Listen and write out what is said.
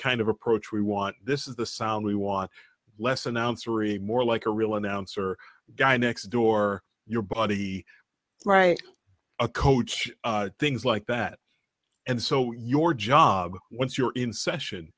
kind of approach we want this is the sound we want less announcer e more like a real announcer guy next door your body right a coach things like that and so your job once you're in session